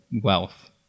wealth